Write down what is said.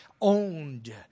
owned